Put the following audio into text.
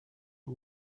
who